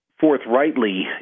forthrightly